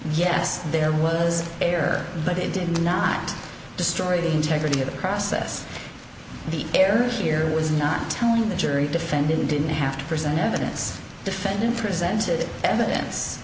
yes there was air but it did not destroy the integrity of the process the error here was not telling the jury defendant didn't have to present evidence defendant's presenting evidence